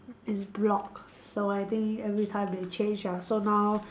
is blocked so I think everytime they change ah so now